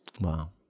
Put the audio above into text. wow